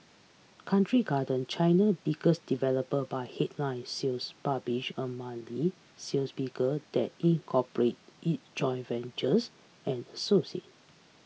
Country Garden China biggest developer by headline sales publish a monthly sales figure that incorporate it joint ventures and associate